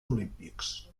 olímpics